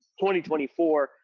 2024